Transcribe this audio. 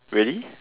really